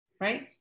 right